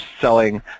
selling